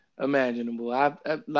Imaginable